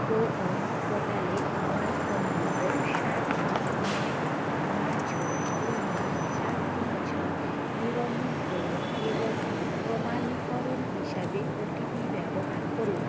CoWIN পোর্টালে আমার phone নম্বর সাত আট নয় আট নয় ছয় দুই নয় চার তিন ছয় নিবন্ধন করুন এবং প্রমাণীকরণ হিসাবে ওটিপি ব্যবহার করুন